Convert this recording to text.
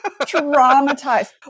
traumatized